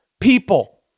people